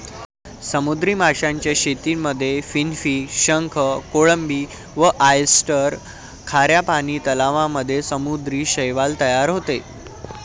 समुद्री माशांच्या शेतीमध्ये फिनफिश, शंख, कोळंबी व ऑयस्टर, खाऱ्या पानी तलावांमध्ये समुद्री शैवाल तयार होते